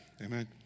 Amen